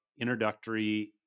introductory